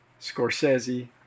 Scorsese